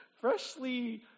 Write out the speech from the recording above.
freshly